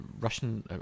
Russian